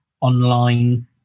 online